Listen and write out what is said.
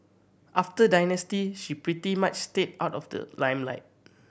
after Dynasty she pretty much stayed out of the limelight